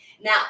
Now